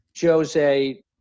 Jose